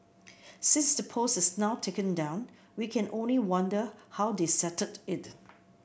since the post is now taken down we can only wonder how they settled it